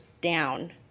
down